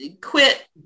quit